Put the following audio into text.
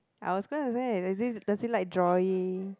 I was going to say does he does he like drawing